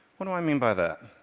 what do i mean by that?